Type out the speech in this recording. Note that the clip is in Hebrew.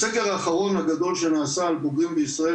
הסקר האחרון הגדול שנעשה על בוגרים בישראל,